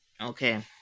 okay